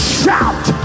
shout